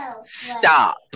stop